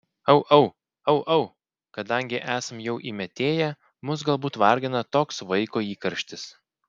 au au au au kadangi esam jau įmetėję mus galbūt vargina toks vaiko įkarštis